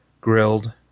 grilled